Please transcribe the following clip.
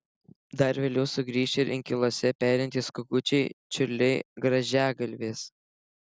dar vėliau sugrįš ir inkiluose perintys kukučiai čiurliai grąžiagalvės